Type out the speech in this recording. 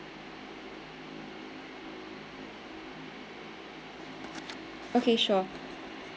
okay sure